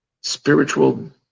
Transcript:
spiritual